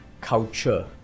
culture